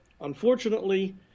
Unfortunately